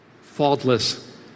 faultless